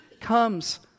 comes